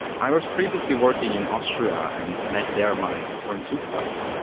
i was previously working in austria and met there my current supervisor.